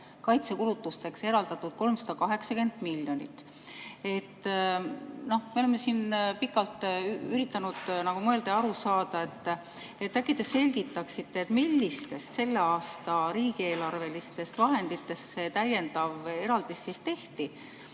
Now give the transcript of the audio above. kaitsekulutusteks eraldanud 380 miljonit. Me oleme siin pikalt üritanud mõelda ja aru saada ning äkki te selgitaksite, millistest selle aasta riigieelarvelistest vahenditest see täiendav eraldis tehti.